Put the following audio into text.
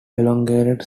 elongated